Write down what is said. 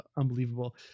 Unbelievable